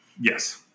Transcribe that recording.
Yes